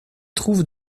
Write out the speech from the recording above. trouve